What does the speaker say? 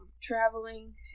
traveling